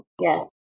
Yes